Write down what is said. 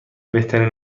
بهترین